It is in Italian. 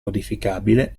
modificabile